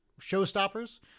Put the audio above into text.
showstoppers